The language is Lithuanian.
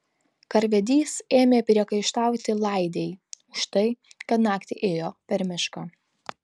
karvedys ėmė priekaištauti laidei už tai kad naktį ėjo per mišką